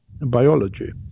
biology